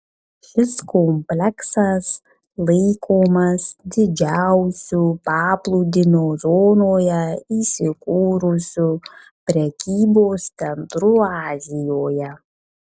šis kompleksas laikomas didžiausiu paplūdimio zonoje įsikūrusiu prekybos centru azijoje